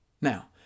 Now